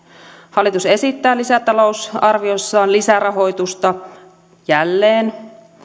hallitus esittää lisätalousarviossaan lisärahoitusta jälleen